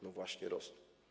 No właśnie rosną.